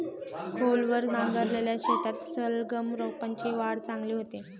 खोलवर नांगरलेल्या शेतात सलगम रोपांची वाढ चांगली होते